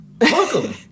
Welcome